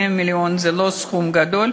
100 מיליון זה לא סכום גדול,